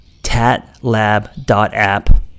tatlab.app